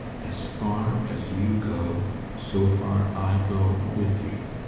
as far as you go so far i go with you.